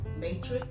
matrix